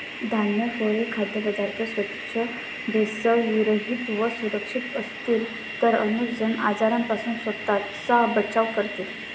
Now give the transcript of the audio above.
धान्य, फळे, खाद्यपदार्थ स्वच्छ, भेसळविरहित व सुरक्षित असतील तर अनेक जण आजारांपासून स्वतःचा बचाव करतील